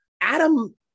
adam